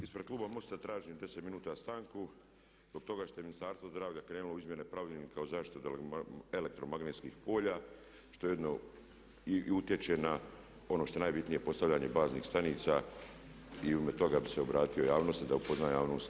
Ispred kluba MOST-a tražim 10 minuta stanku zbog toga što je Ministarstvo zdravlja krenulo u izmjene Pravilnika o zaštiti od elektromagnetskih polja što ujedno i utječe na ono što je najbitnije postavljanje baznih stanica i u ime toga bih se obratio javnosti da upozna javnost o ovome.